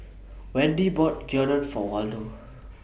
Wendi bought Gyudon For Waldo